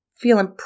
feeling